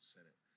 Senate